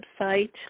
website